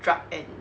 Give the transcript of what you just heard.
drugged and